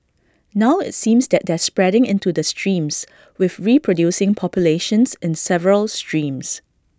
now IT seems that they're spreading into the streams with reproducing populations in several streams